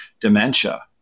dementia